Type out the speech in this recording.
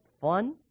fun